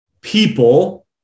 people